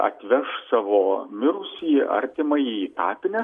atveš savo mirusįjį artimąjį į kapines